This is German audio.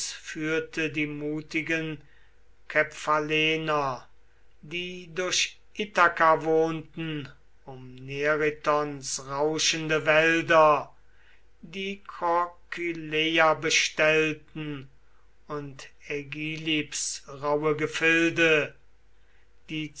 führte die mutigen kephallener die durch ithaka wohnten um neritons rauschende wälder die krokyleia bestellten und ägilips rauhe gefilde die